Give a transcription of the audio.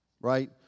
right